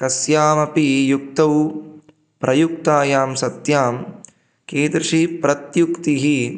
कस्यामपि युक्तौ प्रयुक्तायां सत्यां कीदृशी प्रत्युक्तिः